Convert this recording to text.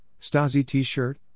Stasi-T-Shirt